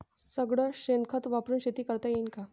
सगळं शेन खत वापरुन शेती करता येईन का?